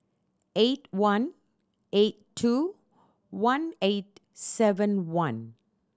eight one eight two one eight seven one